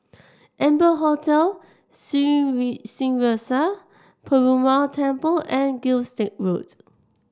Amber Hotel Sri Srinivasa Perumal Temple and Gilstead Road